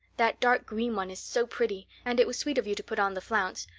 that dark-green one is so pretty and it was sweet of you to put on the flounce.